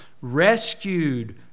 rescued